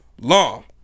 long